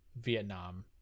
vietnam